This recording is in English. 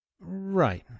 Right